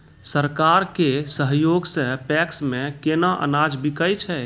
सरकार के सहयोग सऽ पैक्स मे केना अनाज बिकै छै?